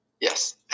yes